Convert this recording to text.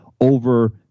over